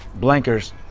blankers